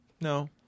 No